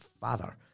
father